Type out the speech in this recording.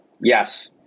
Yes